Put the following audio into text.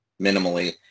minimally